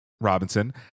Robinson